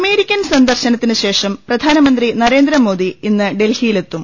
American സന്ദർശനത്തിന് ശേഷം പ്രധാനമന്ത്രി നരേന്ദ്ര മോദി ഇന്ന് ഡൽഹിയിലെത്തും